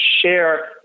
share